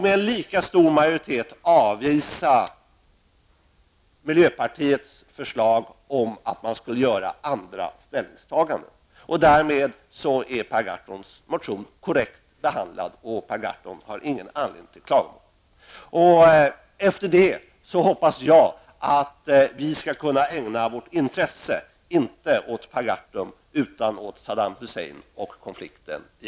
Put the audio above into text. En lika stor majoritet avvisade miljöpartiets förslag att göra andra ställningstaganden. Därmed är Per Gahrtons motion korrekt behandlad, och han har ingen anledning att klaga. Efter detta hoppas jag att vi skall kunna ägna vårt intresse, inte åt Per Gahrton utan åt Saddam Hussein och konflikten i